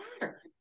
matter